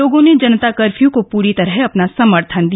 लोगों ने जनता कर्फ्यू को पूरी तरह अपना समर्थन दिया